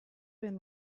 been